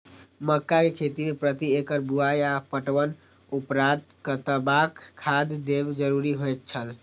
मक्का के खेती में प्रति एकड़ बुआई आ पटवनक उपरांत कतबाक खाद देयब जरुरी होय छल?